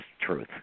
truth